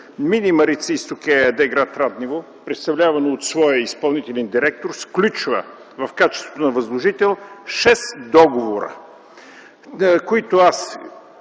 мини „Марица Изток” ЕАД, гр. Раднево, представлявано от своя изпълнителен директор, сключва в качеството на възложител шест договора, които аз